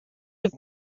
have